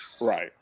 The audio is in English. Right